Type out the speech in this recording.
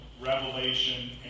revelation